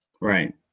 right